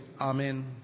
amen